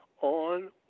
on